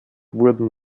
wurden